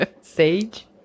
sage